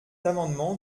amendement